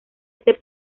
este